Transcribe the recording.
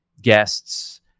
guests